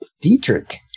Dietrich